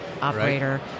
operator